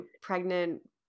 pregnant